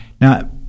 Now